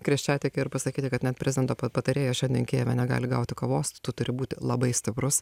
kreščiatike ir pasakyti kad net prezidento patarėjas šiandien kijeve negali gauti kavos tu turi būti labai stiprus